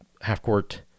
half-court